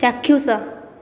ଚାକ୍ଷୁସ